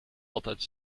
altijd